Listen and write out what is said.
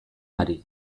hari